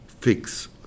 fix